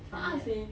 a'ah seh